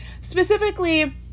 specifically